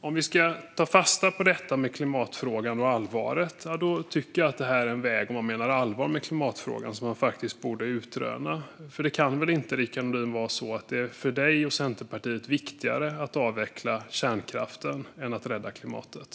Om vi ska ta fasta på allvaret i klimatfrågan är det här en väg att gå. Det kan väl inte vara så, Rickard Nordin, att det för dig och Centerpartiet är viktigare att avveckla kärnkraften än att rädda klimatet?